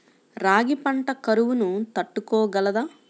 రాగి పంట కరువును తట్టుకోగలదా?